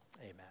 Amen